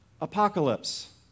apocalypse